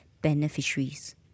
beneficiaries